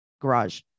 garage